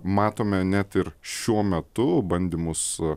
matome net ir šiuo metu bandymus